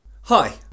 Hi